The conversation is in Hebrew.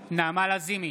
בהצבעה נעמה לזימי,